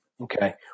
Okay